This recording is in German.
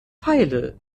feile